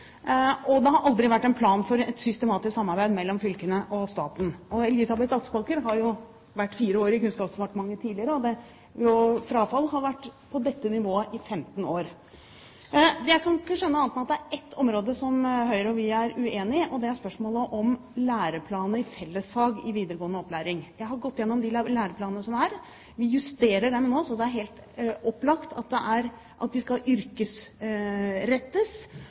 og det har aldri vært en slik plan for et systematisk samarbeid mellom fylkene og staten. Elisabeth Aspaker har jo tidligere vært fire år i Kunnskapsdepartementet, og frafallet har vært på dette nivået i 15 år. Jeg kan ikke skjønne annet enn at det er på ett område som Høyre og vi er uenige, og det er spørsmålet om læreplaner i fellesfag i videregående opplæring. Jeg har gått gjennom de læreplanene som er – vi justerer dem nå. Det er helt opplagt at de skal yrkesrettes. Jeg mener det ikke er noen grunn til at vi skal